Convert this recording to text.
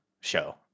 show